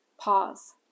Pause